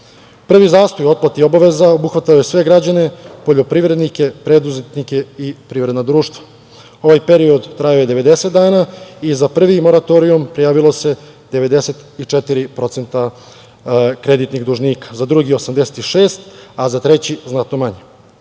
zastoj u otplati obaveza obuhvatao je sve građane, poljoprivrednike, preduzetnike i privredna društva. Ovaj period trajao je 90 dana i za prvi moratorijum prijavilo se 94% kreditnih dužnika, za drugi 86%, a za treći znatno manje.